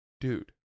Dude